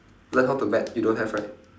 learn how to bet you don't have right